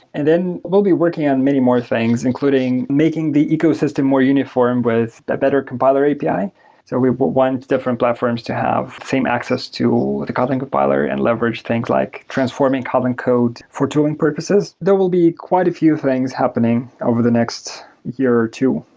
and then we'll be working on many more things, including making the ecosystem more uniform with the better compiler api. so we want different platforms to have same access to the kotlin compiler and leverage things like transforming kotlin code for tooling purposes. there will be quite a few things happening over the next year or two.